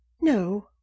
No